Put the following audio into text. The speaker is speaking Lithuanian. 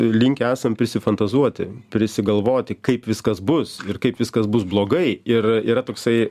linkę esam prisifantazuoti prisigalvoti kaip viskas bus ir kaip viskas bus blogai ir yra toksai